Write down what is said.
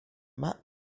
mapped